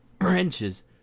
wrenches